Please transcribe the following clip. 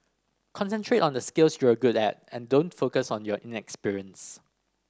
concentrate on the skills you're good at and don't focus on your inexperience